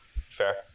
fair